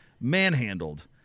manhandled